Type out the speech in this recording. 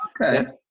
Okay